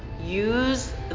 Use